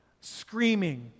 screaming